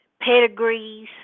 pedigrees